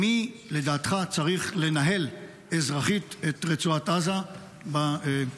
מי לדעתך צריך לנהל אזרחית את רצועת עזה בחודשים,